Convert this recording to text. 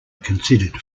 considered